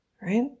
Right